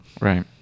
Right